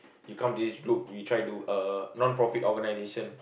you come to this group you try to uh non-profit-organisation